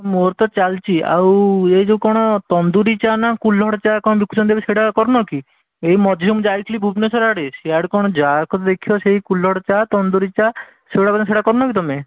ମୋର ତ ଚାଲିଛି ଆଉ ଏଇ ଯେଉଁ କ'ଣ ତନ୍ଦୁରୀ ଚା' ନାଁ କୁଲ୍ହଡ଼ ଚା' କ'ଣ ବିକୁଛନ୍ତି ଏବେ ସେଇଟା କରୁନ କି ଏଇ ମଝିରେ ମୁଁ ଯାଇଥିଲି ଭୁବନେଶ୍ୱର ଆଡ଼େ ସିଆଡ଼େ କ'ଣ ଯାହାକୁ ଦେଖିବ ସେଇ କୁଲ୍ହଡ଼ ଚା' ତନ୍ଦୁରୀ ଚା' ସେଗୁଡ଼ା ସବୁ କ'ଣ କରୁନ କି ତୁମେ